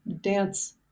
dance